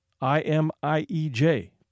I-M-I-E-J